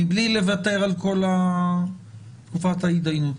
מבלי לוותר על כל תקופת ההתדיינות.